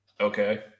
okay